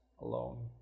alone